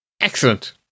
Excellent